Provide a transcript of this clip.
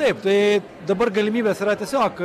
taip tai dabar galimybės yra tiesiog